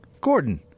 Gordon